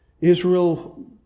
Israel